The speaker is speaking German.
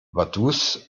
vaduz